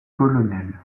colonel